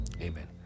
Amen